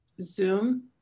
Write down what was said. Zoom